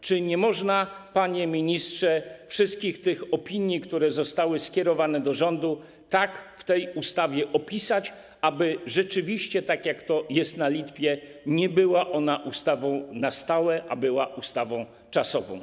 Czy nie można, panie ministrze, wszystkich tych opinii, które zostały skierowane do rządu, tak ująć w tej ustawie, aby rzeczywiście, tak jak to jest na Litwie, nie była ona ustawą wprowadzoną na stałe, a była ustawą czasową?